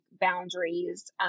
boundaries